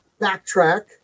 backtrack